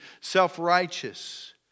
self-righteous